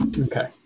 Okay